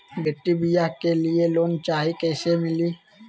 बेटी ब्याह के लिए लोन चाही, कैसे मिली?